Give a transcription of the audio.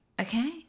Okay